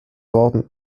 worden